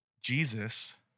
Jesus